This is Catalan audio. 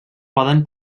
poden